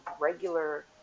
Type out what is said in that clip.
regular